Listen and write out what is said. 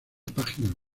páginas